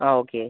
ആ ഓക്കെ